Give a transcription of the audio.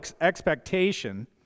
expectation